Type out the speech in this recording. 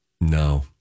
No